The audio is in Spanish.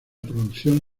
producción